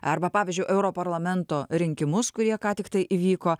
arba pavyzdžiui europarlamento rinkimus kurie ką tiktai įvyko